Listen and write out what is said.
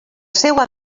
seua